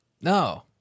No